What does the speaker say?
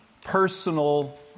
personal